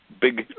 big